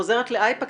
אני חוזרת לאייפקס,